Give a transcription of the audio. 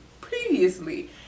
previously